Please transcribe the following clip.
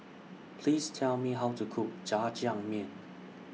Please Tell Me How to Cook Jajangmyeon